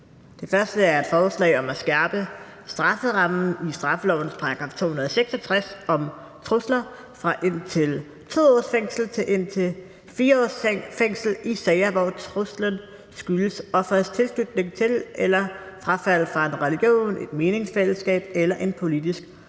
Det første er et forslag om at skærpe strafferammen i straffelovens § 266 om trusler fra indtil 2 års fængsel til indtil 4 års fængsel i sager, hvor truslen skyldes offerets tilknytning til eller frafald fra en religion, et meningsfællesskab eller en politisk